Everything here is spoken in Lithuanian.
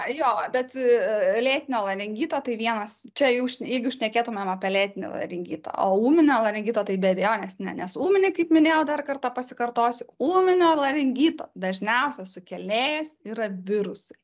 jo bet lėtinio laringito tai vienas čia jau jeigu šnekėtumėm apie lėtinį laringitą o ūminio laringito tai be abejonės ne nes ūminį kaip minėjau dar kartą pasikartosiu ūminio laringito dažniausias sukėlėjas yra virusai